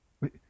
Wait